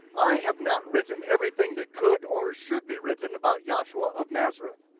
i have not written everything that could or should be written about yahshua of nazareth.